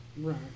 Right